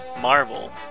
Marvel